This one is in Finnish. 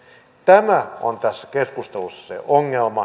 tämä on tässä keskustelussa se ongelma